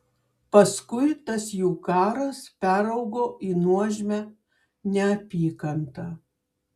paskui tas jų karas peraugo į nuožmią neapykantą